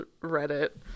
Reddit